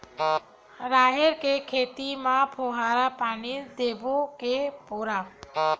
राहेर के खेती म फवारा पानी देबो के घोला?